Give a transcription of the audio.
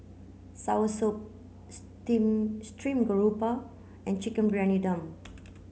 Soursop steam stream grouper and chicken Briyani Dum